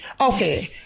Okay